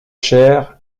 cher